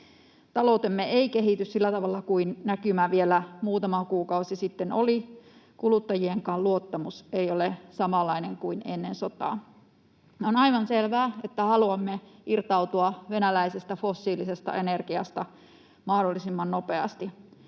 Taloutemme ei kehity sillä tavalla kuin näkymä vielä muutama kuukausi sitten oli. Kuluttajienkaan luottamus ei ole samanlainen kuin ennen sotaa. On aivan selvää, että haluamme irtautua venäläisestä fossiilisesta energiasta mahdollisimman nopeasti